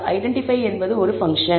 identify ஒரு function